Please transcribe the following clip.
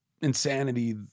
insanity